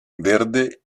verde